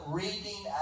reading